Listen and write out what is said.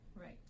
Right